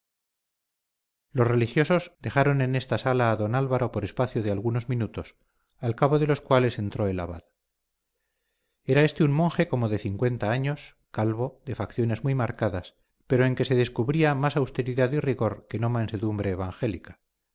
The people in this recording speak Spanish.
los religiosos dejaron en esta sala a don álvaro por espacio de algunos minutos al cabo de los cuales entró el abad era este un monje como de cincuenta años calvo de facciones muy marcadas pero en que se descubría más austeridad y rigor que no mansedumbre evangélica